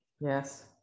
Yes